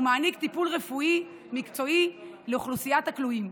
ומעניק טיפול רפואי מקצועי לאוכלוסיית הכלואים.